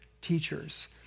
teachers